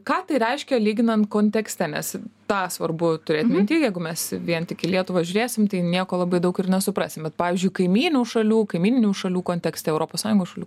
ką tai reiškia lyginant kontekste nes tą svarbu turėt minty jeigu mes vien tik į lietuvą žiūrėsim tai nieko labai daug ir nesuprasim bet pavyzdžiui kaimynių šalių kaimyninių šalių kontekste europos sąjungos šalių